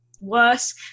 worse